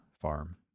farm